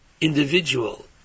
individual